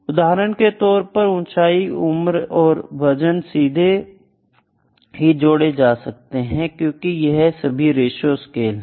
उदाहरण के तौर पर ऊंचाई उम्र और वजन सीधे ही जोड़े जा सकते हैं क्योंकि यह सभी रेशों स्केल हैं